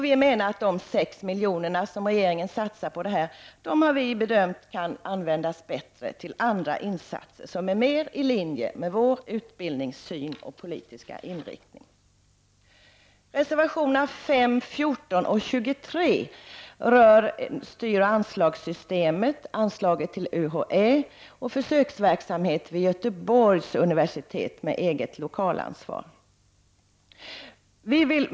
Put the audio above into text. Vi menar att de 6 milj.kr. som regeringen vill satsa på detta kan användas bättre till andra insatser som är mer i linje med vår utbildningssyn och vår politiska inriktning.